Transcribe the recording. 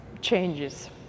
changes